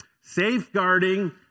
safeguarding